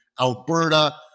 Alberta